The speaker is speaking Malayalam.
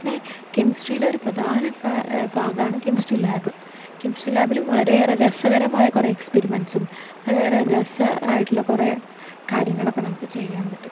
പിന്നെ കെമിസ്ട്രിയിലൊരു പ്രധാന ക ഭാഗമാണ് കെമിസ്ട്രി ലാബ് കെമിസ്ട്രി ലാബിലും വളരെയേറെ രസകരമായ കുറേ എക്സ്പിരിമെൻസ്സും വളരെയേറെ രസമായിട്ടുള്ള കുറേ കാര്യങ്ങളൊക്കെ നമുക്ക് ചെയ്യാൻ പറ്റും